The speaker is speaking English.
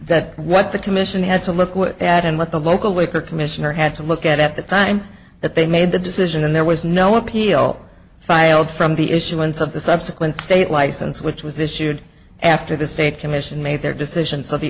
are that what the commission had to look at and what the local liquor commissioner had to look at at the time that they made the decision and there was no appeal filed from the issuance of the subsequent state license which was issued after the state commission made their decision so the